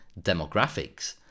demographics